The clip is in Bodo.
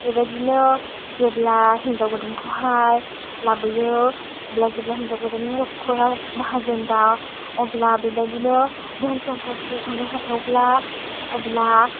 बेबायदिनो जेब्ला हिन्जाव गोदानखौहाय लाबोयो अब्ला जेब्ला हिन्जाव गोदाननि नखरा माहाजोनबा अब्ला बेबायदिनो धोन सम्पथि हरनो हाथावब्ला अब्ला